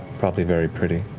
probably very pretty.